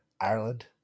ireland